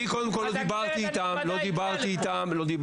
אני לא דיברתי איתם.